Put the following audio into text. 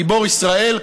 גיבור ישראל.